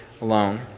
alone